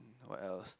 what else